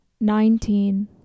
nineteen